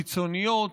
קיצוניות.